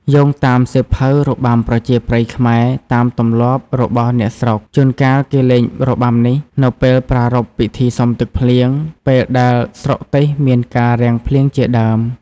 យោងតាមសៀវភៅរបាំប្រជាប្រិយខ្មែរ តាមទំលាប់របស់អ្នកស្រុក ជួនកាលគេលេងរបាំនេះ នៅពេលប្រារព្ធពិធីសុំទឹកភ្លៀង ពេលដែលស្រុកទេសមានការរាំងភ្លៀងជាដើម។